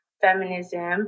feminism